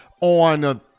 on –